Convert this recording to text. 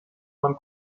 von